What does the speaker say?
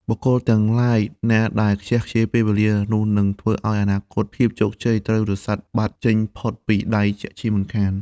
បុគ្គលទាំងឡាយណាដែលខ្ជះខ្ជាយពេលវេលា នោះនឹងធ្វើឲ្យអនាគត ភាពជោគជ័យត្រូវរសាត់បាត់ចេញផុតពីដៃជាក់ជាមិនខាន។